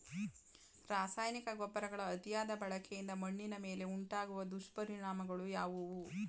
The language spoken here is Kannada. ರಾಸಾಯನಿಕ ಗೊಬ್ಬರಗಳ ಅತಿಯಾದ ಬಳಕೆಯಿಂದ ಮಣ್ಣಿನ ಮೇಲೆ ಉಂಟಾಗುವ ದುಷ್ಪರಿಣಾಮಗಳು ಯಾವುವು?